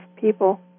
people